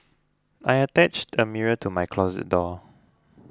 I attached a mirror to my closet door